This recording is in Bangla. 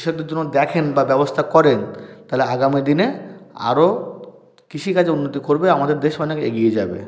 কৃষকদের জন্য দেখেন বা ব্যবস্থা করেন তাহলে আগামীদিনে আরও কৃষিকাজে উন্নতি করবে আমাদের দেশ অনেক এগিয়ে যাবে